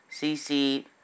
CC